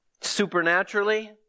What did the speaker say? supernaturally